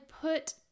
put